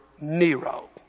Nero